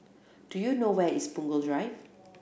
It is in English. do you know where is Punggol Drive